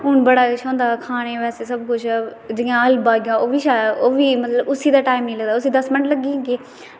हून बड़ा कुश होंदा खानें बास्तै बैसे जि'यां हलवा होई गेआ उस्सी ते टाईम निं लगदा उस्सी दस मिंट लग्गी जाह्गे